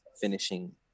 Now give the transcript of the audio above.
finishing